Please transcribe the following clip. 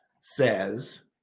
says